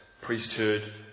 Priesthood